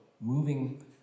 moving